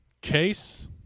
case